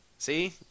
See